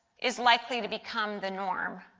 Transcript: is likely to become the norm.